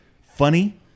funny